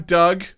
Doug